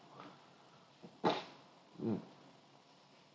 mm